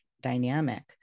dynamic